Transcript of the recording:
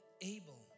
able